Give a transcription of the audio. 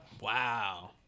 Wow